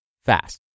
fast